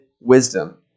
wisdom